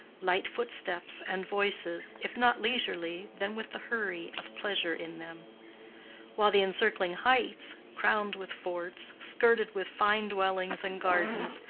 light footsteps and voices, if not leisurely, then with the hurry of pleasure in them while the encircling heights, crowned with forts, skirted with fine dwellings and gardens,